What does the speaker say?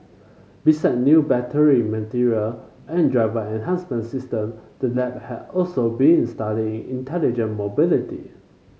besides new battery materials and driver enhancement system the lab has also been studying intelligent mobility